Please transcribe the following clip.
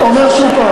אני אומר שוב,